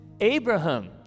Abraham